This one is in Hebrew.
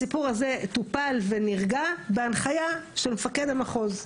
הסיפור הזה טופל ונרגע בהנחיה של מפקד המחוז.